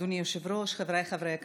אדוני היושב-ראש, חבריי חברי הכנסת,